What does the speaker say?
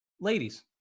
ladies